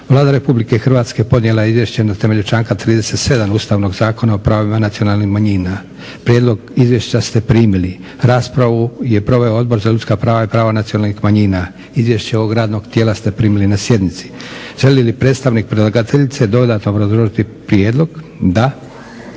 Vlada Republike Hrvatske podnijela je izvješće na temelju članka 37. Ustavnog zakona o pravima nacionalnih manjina. Prijedlog izvješća ste primili. Raspravu je proveo Odbor za ljudska prava i prava nacionalnih manjina. Izvješće ovog radnog tijela ste primili na sjednici. Želi li predstavnik predlagateljice dodatno obrazložiti prijedlog? Da.